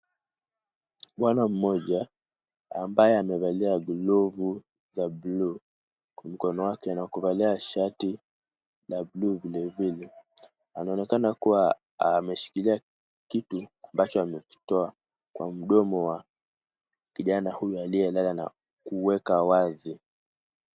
Bwana mmoja ambaye amevalia glovu za blue kwa mkono wake na kuvalia shati la blue vilevile, anaonekana kuwa ameshikilia kitu, ambacho amekitoa kwa mdomo wa kijana huyu aliyelala na kuuweka wazi.